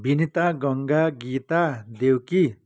Binita Ganga Gita Deuki